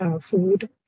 Food